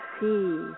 see